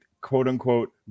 quote-unquote